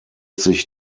sich